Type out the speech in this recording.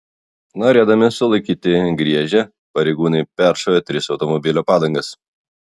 norėdami sulaikyti griežę pareigūnai peršovė tris automobilio padangas